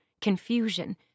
confusion